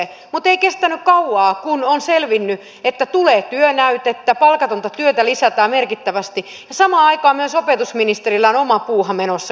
mutta ei kestänyt kauaa kun on selvinnyt että tulee työnäytettä palkatonta työtä lisätään merkittävästi ja samaan aikaan myös opetusministerillä on oma puuha menossa koulutussopimuksesta